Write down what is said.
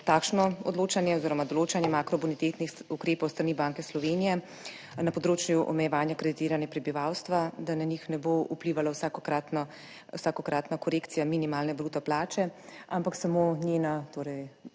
(nadaljevanje) določanje makrobonitetnih ukrepov s strani Banke Slovenije na področju omejevanja kreditiranja prebivalstva, da na njih ne bo vplivala vsakokratna korekcija minimalne bruto plače, ampak samo njena torej